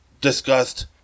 discussed